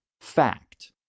Fact